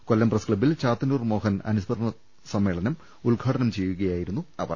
കൊല്ലം പ്രസ്ക്ല ബ്ബിൽ ചാത്തന്നൂർ മോഹൻ അനുസ്മരണം ഉദ്ഘാടനം ചെയ്യുകയായിരുന്നു അവർ